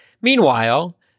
Meanwhile